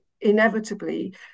inevitably